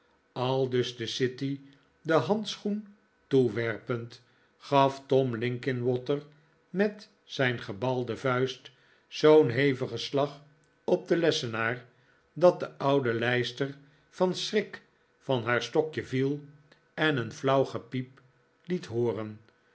aldus de city den handschoen toewerpend gaf tim linkinwater met zijn gebalde vuist zoo'n heftigen slag op den lessenaar illl lll'iwp tim lin'kin water's verjaardag dat de oude lijster van schrik van haar stokje viel en een flauw gepiep liet hooren